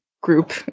group